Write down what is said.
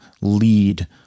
lead